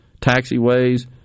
taxiways